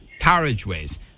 carriageways